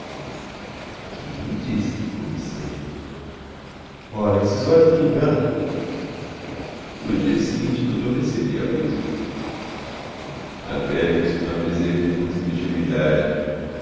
quem lhe disse que cobicei ora esses olhos não me enganam no dia seguinte dudu recebia a blusa a velha costumava dizer com muita ingenuidade